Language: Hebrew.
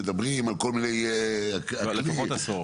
מדברים על כל --- לפחות עשור.